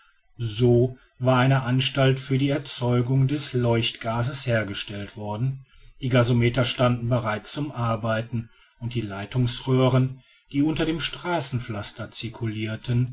so war eine anstalt für die erzeugung des leuchtgases hergestellt worden die gasometer standen bereit zum arbeiten und die leitungsröhren die unter dem